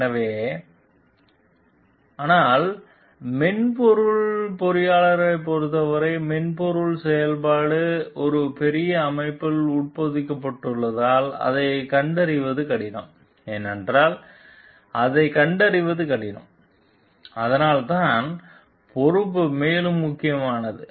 எனவே ஆனால் மென்பொருள் பொறியாளர்களைப் பொறுத்தவரை மென்பொருள் செயல்படும் ஒரு பெரிய அமைப்பில் உட்பொதிக்கப்பட்டுள்ளதால் அதைக் கண்டறிவது கடினம் ஏனென்றால் அதைக் கண்டறிவது கடினம் அதனால்தான் பொறுப்பு மேலும் முக்கியமானது